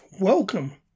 welcome